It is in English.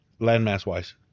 Landmass-wise